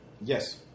Yes